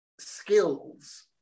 skills